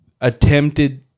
attempted